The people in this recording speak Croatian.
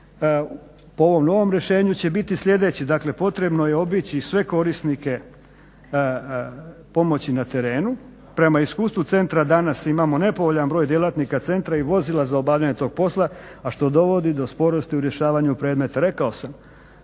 po ovom novom rješenju će biti sljedeći, dakle potrebno je obići sve korisnike pomoći na terenu. Prema iskustvu centra danas imamo nepovoljan broj djelatnika centra i vozila za obavljanje tog posla, a što dovodi do sporosti u rješavanju predmeta. Rekao sam,